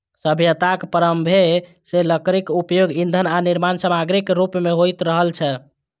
सभ्यताक प्रारंभे सं लकड़ीक उपयोग ईंधन आ निर्माण समाग्रीक रूप मे होइत रहल छै